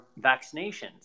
vaccinations